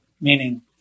meaning